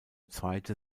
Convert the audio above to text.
zweite